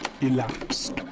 elapsed